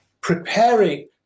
preparing